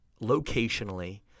locationally